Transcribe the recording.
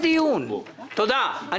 עם בקשתי להעביר את "יחד" לדיון בוועדה הקבועה.